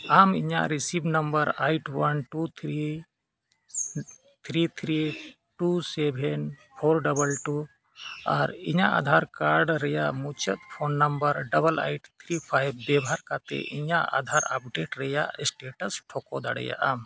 ᱟᱢ ᱤᱧᱟᱹᱜ eight one two three three three two seven four two ᱟᱨ ᱤᱧᱟᱹᱜ ᱨᱮᱭᱟᱜ ᱢᱩᱪᱟᱹᱫ ᱯᱳᱱ ᱮᱭᱤᱴ ᱛᱷᱨᱤ ᱯᱷᱟᱭᱤᱵᱷ ᱵᱮᱵᱚᱦᱟᱨ ᱠᱟᱛᱮᱫ ᱤᱧᱟᱹᱜ ᱨᱮᱭᱟᱜ ᱴᱷᱟᱹᱣᱠᱟᱹ ᱫᱟᱲᱮᱭᱟᱜ ᱟᱢ